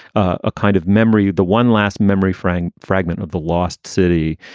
a kind of memory, the one last memory, frank fragment of the lost city,